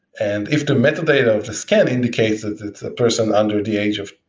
and if the metadata of the scan indicates that it's a person under the age of,